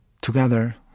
Together